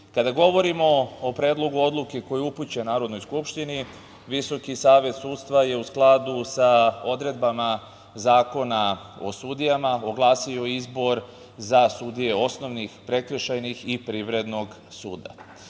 govorimo o Predlogu odluke koji je upućen Narodnoj skupštini, Visoki savet sudstva je u skladu sa odredbama Zakona o sudijama oglasio izbor za sudije osnovnih, prekršajnih i Privrednog suda.